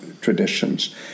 traditions